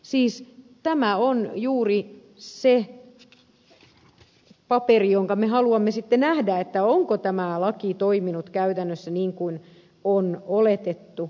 siis tämä on juuri se paperi jonka me haluamme sitten nähdä onko tämä laki toiminut käytännössä niin kuin on oletettu